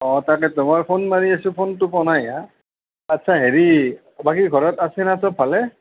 অঁ তাকেতো মই ফোন মাৰি আছোঁ ফোনটো পোৱা নাই হা আচ্ছা হেৰি বাকী ঘৰত আছে না চব ভালে